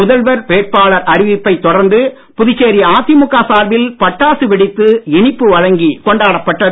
முதல்வர் வேட்பாளர் அறிவிப்பை தொடர்ந்து புதுச்சேரி அதிமுக சார்பில் பட்டாசு வெடித்து இனிப்பு வழங்கி கொண்டாடப்பட்டது